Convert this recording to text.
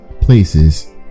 places